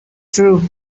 true